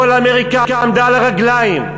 כל אמריקה עמדה על הרגליים.